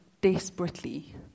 desperately